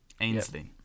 Ainsley